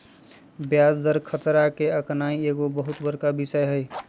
ब्याज दर खतरा के आकनाइ एगो बहुत बड़का विषय हइ